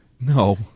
No